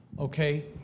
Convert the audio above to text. okay